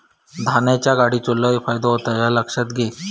धान्याच्या गाडीचो लय फायदो होता ह्या लक्षात घे